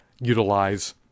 utilize